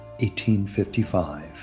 1855